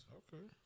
okay